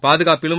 பாதுகாப்பிலும்